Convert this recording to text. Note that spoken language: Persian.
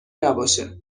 نباشه